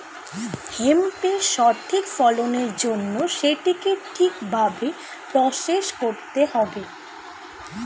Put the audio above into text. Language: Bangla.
হেম্পের সঠিক ফলনের জন্য সেটিকে ঠিক ভাবে প্রসেস করতে হবে